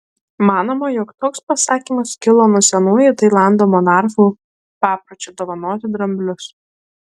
manoma jog toks pasakymas kilo nuo senųjų tailando monarchų papročio dovanoti dramblius